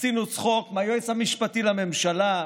עשינו צחוק מהיועץ המשפטי לממשלה,